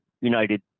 United